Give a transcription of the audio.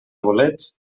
bolets